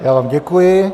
Já vám děkuji.